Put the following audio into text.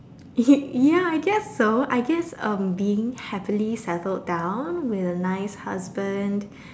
it ya I guess so I guess um being happily settled down with a nice husband